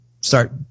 start